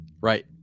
Right